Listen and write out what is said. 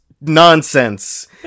Nonsense